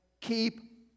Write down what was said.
Keep